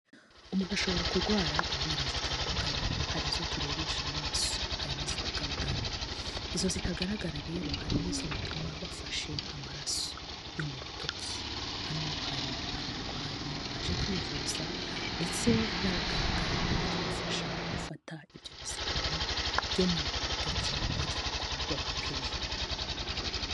Umuntu ashobora kurwara indwara zitandukanye, hari izo turebesha amaso, hari n'izitagaragara, izo zitagaragara rero harimo izo bapima bafashe amaraso yo mu rutoki, hano hari abarwayi baje kwivuza ndetse n'abaganga bari kubafasha gufata ibyo bizami byo mu rutoki kugira ngo babapime.